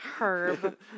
Herb